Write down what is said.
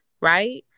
right